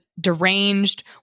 deranged